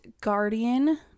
Guardian